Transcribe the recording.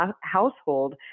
household